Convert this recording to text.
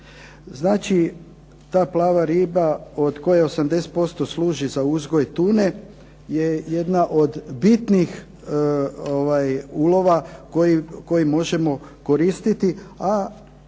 Znači, ta plava riba od koje 80% služi za uzgoj tune je jedna od bitnih ulova koji možemo koristiti, a